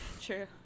true